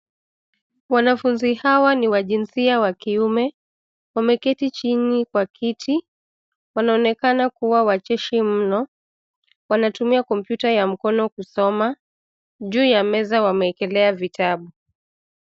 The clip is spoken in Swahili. Wanafunzi hawa ni jinsia ya kiume. Wameketi chini kwa kiti. Wanaonekana kuwa wacheshi mno. Wanatumia kompyuta ya mkono kusoma. Juu ya meza wameekelea vitabu.